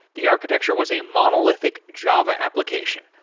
the architecture was a monolithic java application.